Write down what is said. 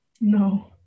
No